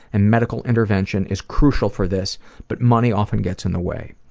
and medical intervention is crucial for this but money often gets in the way.